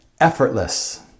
effortless